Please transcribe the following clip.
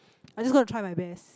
I just gonna try my best